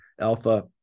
alpha